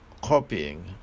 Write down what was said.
copying